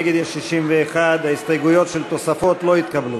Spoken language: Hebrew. נגד יש 61. ההסתייגויות של תוספות לא התקבלו.